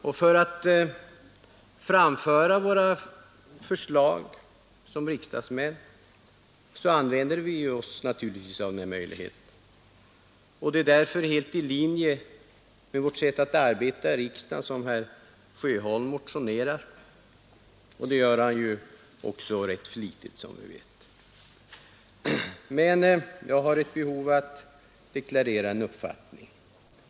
Vi riksdagsmän framför våra förslag på detta sätt. Det är därför helt i linje med vårt sätt att arbeta i riksdagen som herr Sjöholm motionerar — och det gör han också rätt flitigt, som vi vet. Jag har ett behov av att deklarera en uppfattning i det aktuella ärendet.